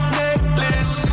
necklace